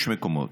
יש מקומות.